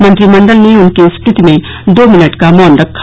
मंत्रिमंडल ने उनकी स्मृति में दो मिनट का मौन रखा